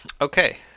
Okay